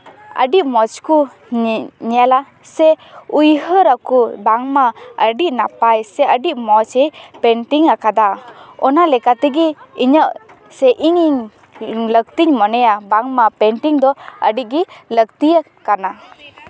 ᱟᱹᱰᱤ ᱢᱚᱡᱽ ᱠᱚ ᱧᱮᱞᱟ ᱥᱮ ᱩᱭᱦᱟᱹᱨ ᱟᱠᱚ ᱵᱟᱝᱢᱟ ᱟᱹᱰᱤ ᱱᱟᱯᱟᱭ ᱥᱮ ᱟᱹᱰᱤ ᱢᱚᱡᱽ ᱮ ᱯᱮᱱᱴᱤᱝ ᱟᱠᱟᱫᱟ ᱚᱱᱟ ᱞᱮᱠᱟᱛᱮ ᱤᱧᱟᱹᱜ ᱥᱮ ᱤᱧᱤᱧ ᱞᱟᱹᱠᱛᱤᱧ ᱢᱚᱱᱮᱭᱟ ᱵᱟᱝᱢᱟ ᱯᱮᱱᱴᱤᱝ ᱫᱚ ᱟᱹᱰᱤᱜᱮ ᱞᱟᱹᱠᱛᱤ ᱠᱟᱱᱟ